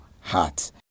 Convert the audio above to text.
heart